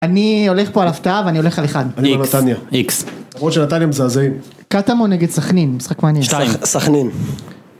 אני הולך פה על הפתעה ואני הולך על אחד. איקס. אני בנתניה. איקס. למרות שנתניה מזעזעים. קטמון נגד סכנין, משחק מעניין. שתיים! סכנין.